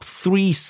three